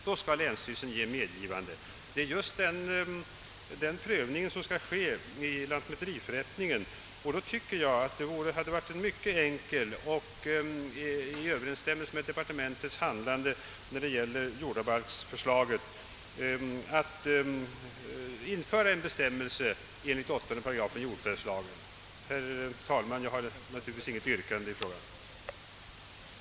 Det är just denna prövning som skall ske vid lantmäteriförrättningen, och därför hade det varit mycket enkelt och i överensstämmelse med =: departementets handlande att införa en bestämmelse enligt 8 8 jordförvärvslagen. Herr talman! Jag har naturligtvis inget yrkande så som ärendet nu ligger till.